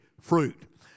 fruit